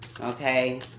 okay